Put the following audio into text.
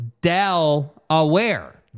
Delaware